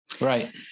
right